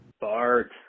Bart